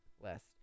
list